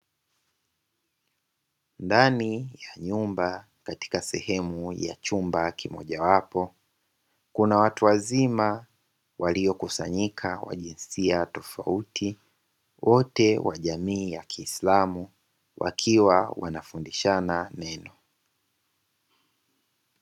Ndani ya nyumba katika sehemu ya chumba kimoja wapo, kuna watu wazima waliokusanyika wa jinsia tofauti wote wa jamii ya kiislamu wakiwa wanafundishana neno.